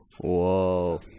Whoa